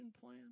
plan